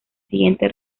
siguiente